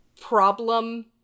problem